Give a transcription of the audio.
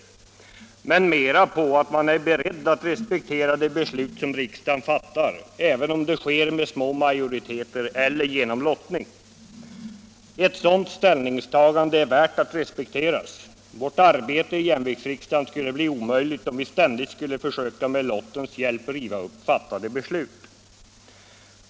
Anledningen är snarare att man är beredd att respektera de beslut som riksdagen fattar, även om det sker med små majoriteter eller genom lottning. Ett sådant ställningstagande är värt att respekteras. Vårt arbete i jämviktsriksdagen skulle bli omöjligt om vi ständigt skulle försöka att med lottens hjälp riva upp fattade beslut.